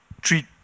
treat